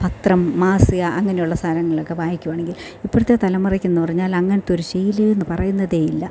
പത്രം മാസിക അങ്ങനെയുള്ള സാധനങ്ങളൊക്കെ വായിക്കുകയാണെങ്കിൽ ഇപ്പോഴത്തെ തലമുറയ്ക്കെന്നു പറഞ്ഞാലങ്ങനത്തൊരു ശീലമെന്നു പറയുന്നതേ ഇല്ല